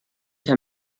herr